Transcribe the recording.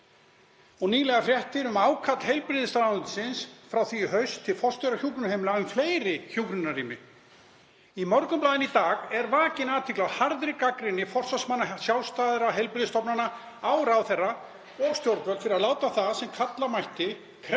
og nýlegar fréttir um ákall heilbrigðisráðuneytisins frá því í haust til forstjóra hjúkrunarheimila um fleiri hjúkrunarrými. Í Morgunblaðinu í dag er vakin athygli á harðri gagnrýni forsvarsmanna sjálfstæðra heilbrigðisstofnana á ráðherra og stjórnvöld fyrir að láta það sem kalla mætti kreddu